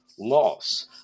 Loss